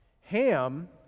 Ham